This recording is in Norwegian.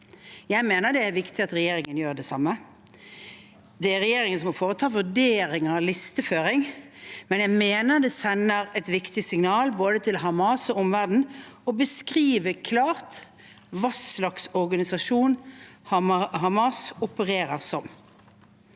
Jeg mener det er viktig at regjeringen gjør det samme. Det er regjeringen som må foreta vurderinger av listeføring, men jeg mener det sender et viktig signal til både Hamas og omverdenen å beskrive klart hva slags organisasjon Hamas opererer som.